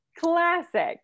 Classic